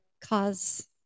cause